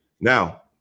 now